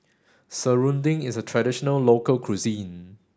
Serunding is a traditional local cuisine